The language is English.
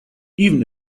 even